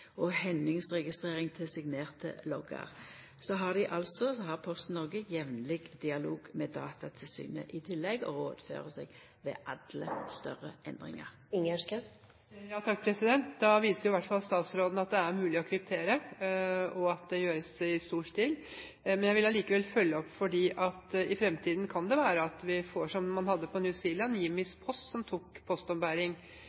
hendingsregistrering til signerte loggar Så har Posten Norge jamleg dialog med Datatilsynet i tillegg, og dei rådfører seg ved alle større endringar. Da viser i hvert fall statsråden at det er mulig å kryptere, og at det gjøres i stor stil. Men jeg vil allikevel følge opp, for i fremtiden kan det være at vi får slikt som man hadde på